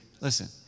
Listen